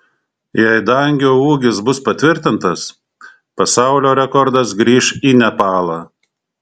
jei dangio ūgis bus patvirtintas pasaulio rekordas grįš į nepalą